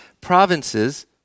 provinces